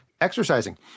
exercising